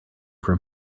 from